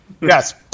Yes